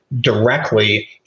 directly